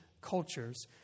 cultures